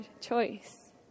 choice